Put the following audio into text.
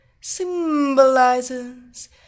symbolizes